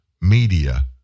media